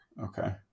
Okay